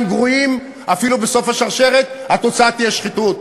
גרועים אפילו בסוף השרשרת התוצאה תהיה שחיתות.